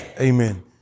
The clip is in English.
Amen